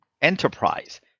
enterprise